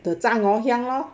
the 炸 ngoh hiang lor